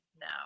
no